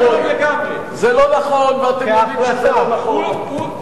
זה לא נכון, ואתם יודעים שזה לא נכון.